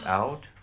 out